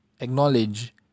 acknowledge